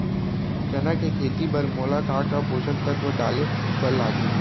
चना के खेती बर मोला का का पोसक तत्व डाले बर लागही?